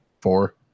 four